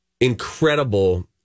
incredible